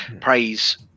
praise